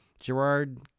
Gerard